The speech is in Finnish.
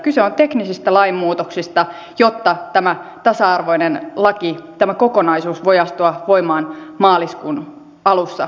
kyse on teknisistä lainmuutoksista jotta tämä tasa arvoinen laki tämä kokonaisuus voi astua voimaan maaliskuun alussa